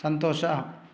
ಸಂತೋಷ